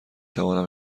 توانم